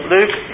Luke